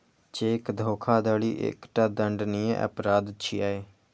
cheque धोखाधड़ी एकटा दंडनीय अपराध छियै